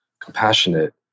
compassionate